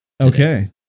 Okay